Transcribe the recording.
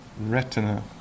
retina